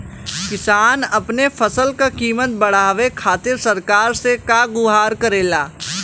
किसान अपने फसल क कीमत बढ़ावे खातिर सरकार से का गुहार करेला?